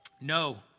No